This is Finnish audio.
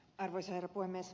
arvoisa herra puhemies